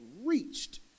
reached